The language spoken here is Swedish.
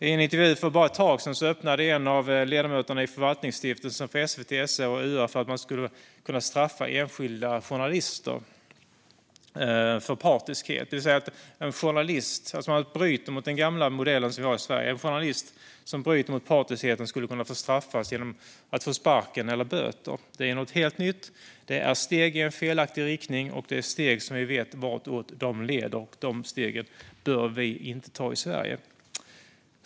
I en intervju för bara ett tag sedan öppnade en av ledamöterna i Förvaltningsstiftelsen för SVT, SR och UR för att man skulle kunna straffa enskilda journalister för partiskhet. Det skulle alltså bryta mot den gamla modellen vi har i Sverige, och en journalist som bröt mot partiskheten skulle kunna straffas genom att få sparken eller få böter. Det är något helt nytt, och det är ett steg i fel riktning. Det är ett steg som vi vet vartåt det leder, och de stegen bör vi inte ta i Sverige.